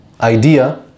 idea